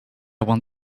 want